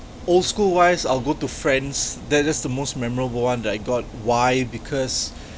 old school wise I'll go to friends that's that's the most memorable one that I got why because